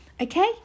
Okay